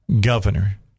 governor